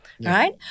Right